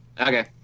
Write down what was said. Okay